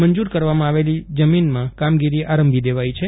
મંજૂર કરવામાં આવેલી જમીનમાં કામગીરી આરંભી દેવાઈ છે